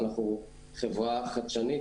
אנחנו חברה חדשנית,